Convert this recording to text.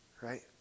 right